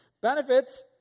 Benefits